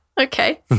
Okay